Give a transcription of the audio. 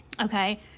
okay